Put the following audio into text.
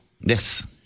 Yes